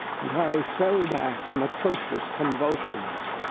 and i fell back in atrocious convulsions.